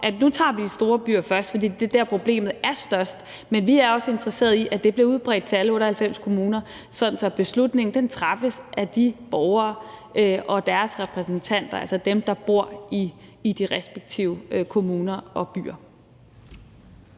nu tager vi de store byer først, fordi det er der, problemet er størst, men vi er også interesserede i, at det bliver udbredt til alle 98 kommuner, sådan at beslutningerne træffes af de borgere og deres repræsentanter, altså dem, der bor i de respektive kommuner og byer.